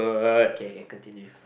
okay okay continue